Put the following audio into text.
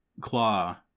claw